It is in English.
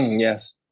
yes